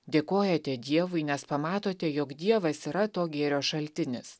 dėkojate dievui nes pamatote jog dievas yra to gėrio šaltinis